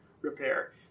repair